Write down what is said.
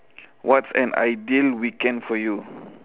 what's an ideal weekend for you